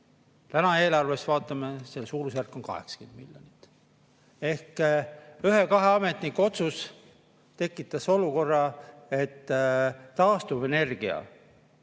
Täna eelarvest vaatame, see suurusjärk on 80 miljonit. Ehk ühe-kahe ametniku otsus tekitas olukorra, kus taastuvenergia